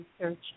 research